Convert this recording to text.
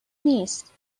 نیست